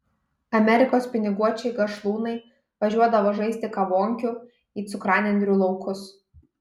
amerikos piniguočiai gašlūnai važiuodavo žaisti kavonkių į cukranendrių laukus